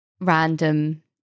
random